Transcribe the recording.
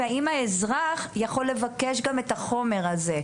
והאם האזרח יכול לבקש גם את החומר הזה.